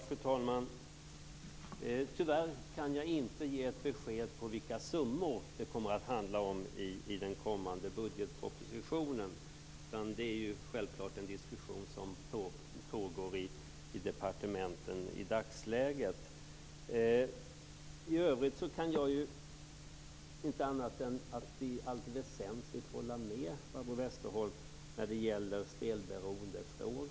Fru talman! Tyvärr kan jag inte ge ett besked om vilka summor det kommer att handla om i den kommande budgetpropositionen, utan det är en diskussion som pågår i departementen i dagsläget. I övrigt kan jag inte annat än i allt väsentligt hålla med Barbro Westerholm när det gäller spelberoendefrågan.